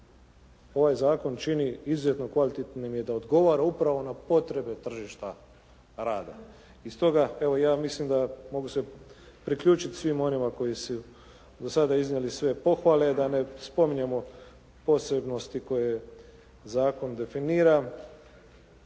ovaj zakon čini izuzetno kvalitetnim je da odgovara upravo na potrebe tržišta rada. I stoga evo ja mislim da mogu se priključiti svima onima koji su do sada iznijeli sve pohvale, da ne spominjemo posebnosti koje zakon definira.